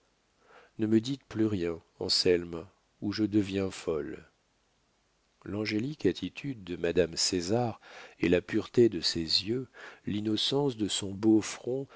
ne me dites plus rien anselme ou je deviens folle l'angélique attitude de madame césar et la pureté de ses yeux l'innocence de son beau front